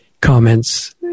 comments